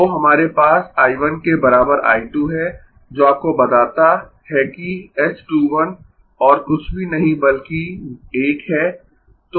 तो हमारे पास I 1 के बराबर I 2 है जो आपको बताता है कि h 2 1 और कुछ भी नहीं बल्कि 1 है